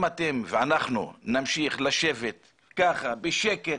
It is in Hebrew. אם אתם ואנחנו נמשיך לשבת ככה בשקט